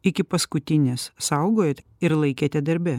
iki paskutinės saugojot ir laikėte darbe